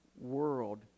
world